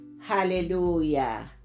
Hallelujah